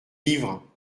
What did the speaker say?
livres